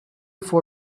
for